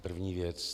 První věc: